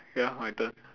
ya my turn